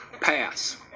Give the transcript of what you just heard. Pass